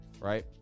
right